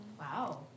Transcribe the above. Wow